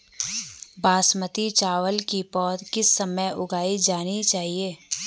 बासमती चावल की पौध किस समय उगाई जानी चाहिये?